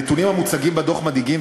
הנתונים המוצגים בדוח מדאיגים,